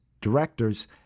directors